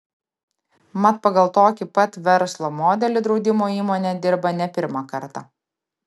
mat pagal tokį pat verslo modelį draudimo įmonė dirba ne pirmą kartą